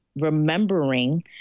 remembering